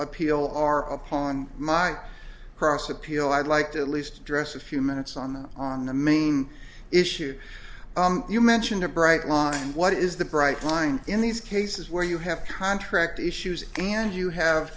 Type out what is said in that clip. appeal are upon my cross appeal i'd like to at least address a few minutes on the on the main issue you mentioned a bright line what is the bright line in these cases where you have contract issues and you have